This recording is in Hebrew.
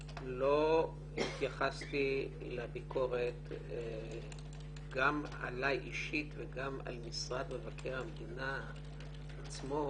לא התייחסתי לביקורת גם עלי אישית וגם על משרד מבקר המדינה עצמו,